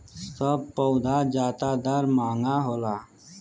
सब पउधा जादातर महंगा होला